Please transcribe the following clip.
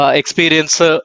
experience